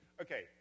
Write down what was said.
okay